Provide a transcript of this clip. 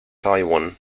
taiwan